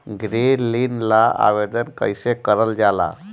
गृह ऋण ला आवेदन कईसे करल जाला?